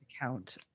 account